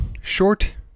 short